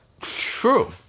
True